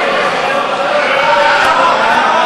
היה רוב.